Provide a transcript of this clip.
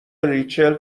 ریچل